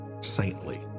saintly